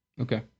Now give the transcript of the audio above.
Okay